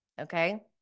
Okay